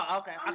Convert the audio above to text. okay